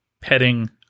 petting